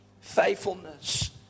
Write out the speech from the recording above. faithfulness